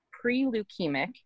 pre-leukemic